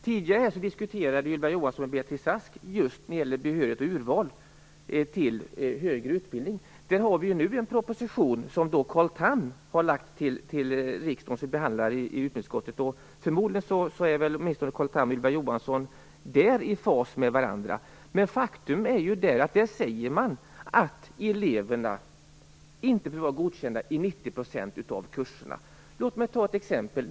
Tidigare här diskuterade Ylva Johansson och Beatrice Ask just frågan om behörighet och urval till högre utbildning. Där finns nu en proposition som Carl Tham har lagt fram i riksdagen, vilken vi behandlar i utbildningsutskottet. Förmodligen är åtminstone Carl Tham och Ylva Johansson i den frågan i fas med varandra. Men faktum är att man i propositionen säger att eleverna inte behöver vara godkända i 90 % av kurserna. Låt mig ta ett exempel.